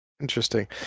Interesting